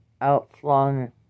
outflung